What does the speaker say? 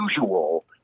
usual